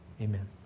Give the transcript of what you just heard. amen